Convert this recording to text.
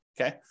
Okay